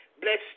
Bless